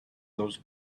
those